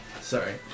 Sorry